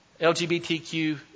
LGBTQ